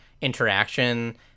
interaction